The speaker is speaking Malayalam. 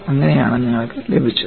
അങ്ങനെയാണ് നിങ്ങൾക്ക് ലഭിച്ചത്